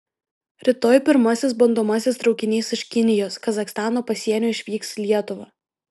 rytoj pirmasis bandomasis traukinys iš kinijos kazachstano pasienio išvyks į lietuvą